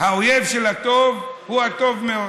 האויב של הטוב הוא הטוב מאוד.